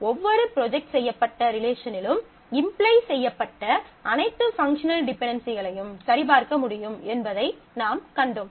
ஒவ்வொரு ப்ரொஜெக்ட் செய்யப்பட்ட ரிலேஷனிலும் இம்ப்ளை செய்யப்பட்ட அனைத்து பங்க்ஷனல் டிபென்டென்சிகளையும் சரிபார்க்க முடியும் என்பதை நாம் கண்டோம்